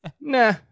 Nah